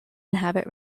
inhabit